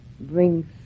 brings